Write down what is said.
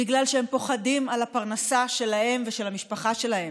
בגלל שהם פוחדים על הפרנסה שלהם ושל המשפחה שלהם,